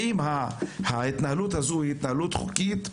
האם ההתנהלות הזו היא התנהלות חוקית?